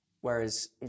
Whereas